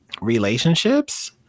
relationships